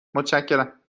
متشکرم